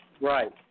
Right